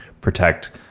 protect